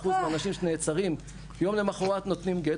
ש-97%-95% מהאנשים שנעצרים יום למחרת נותנים גט,